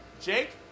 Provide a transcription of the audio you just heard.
Jake